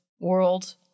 world